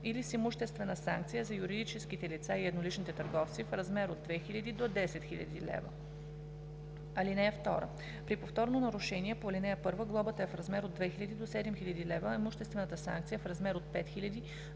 или с имуществена санкция – за юридическите лица и едноличните търговци, в размер от 2000 до 10 000 лв. (2) При повторно нарушение по ал. 1 глобата е в размер от 2000 до 7000 лв., а имуществената санкция – в размер от 5000 до